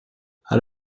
out